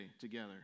together